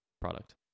product